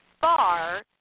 far